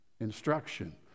instruction